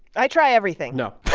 i try everything no.